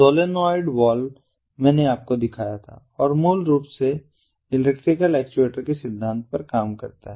solenoid valve मैंने आपको दिखाया था और यह मूल रूप से इलेक्ट्रिकल एक्चुएटर के सिद्धांत पर काम करता है